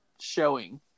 showing